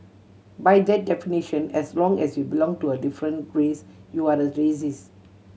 by that definition as long as you belong to a different race you are a racist